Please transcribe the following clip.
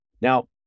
Now